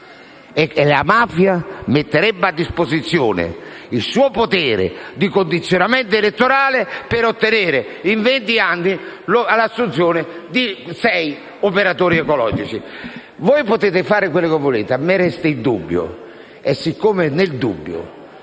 la mafia metterebbe a disposizione il suo potere di condizionamento elettorale per ottenere, in 20 anni, l'assunzione di sei operatori ecologici? Voi potete fare quello che volete. A me resta il dubbio e nel dubbio,